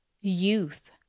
youth